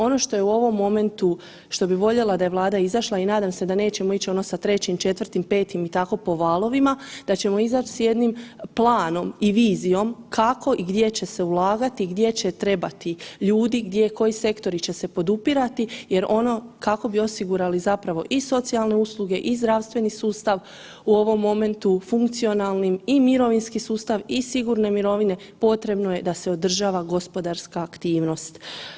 Ono što je u ovom momentu, što bi voljela da je Vlada izašla i nadam se da nećemo ići ono sa trećim, četvrtim, petim i tako po valovima, da ćemo izaći s jednim planom i vizijom kako i gdje će se ulagati, gdje će trebati ljudi, koji sektori će se podupirati jer ono kako bi osigurali i socijalne usluge i zdravstveni sustav u ovom momentu funkcionalnim i mirovinski sustav i sigurne mirovine, potrebno je da se održava gospodarska aktivnost.